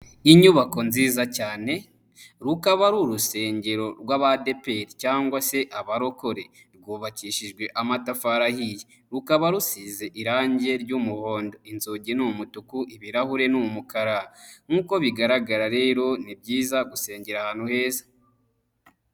Inyubako nziza cyane rukaba ari urusengero rw'Abadeperi cyangwa se abarokore. Rwubakishijwe amatafari ahiye, rukaba rusize irangi ry'umuhondo, inzugi ni umutuku, ibirahure ni umukara. Nkuko bigaragara rero ni byiza gusengera ahantu heza.